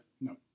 No